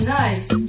nice